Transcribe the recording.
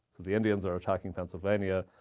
the the indians are attacking pennsylvania.